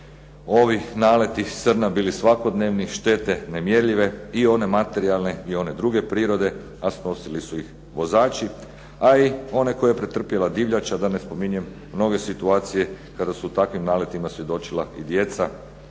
ovi naleti srna bili svakodnevni, štete nemjerljive i one materijalne i one druge prirode, a snosili su ih vozači. A i one koje je pretrpjela divljač, a da ne spominjem mnoge situacije kada su u takvim naletima svjedočila i djeca